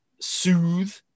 soothe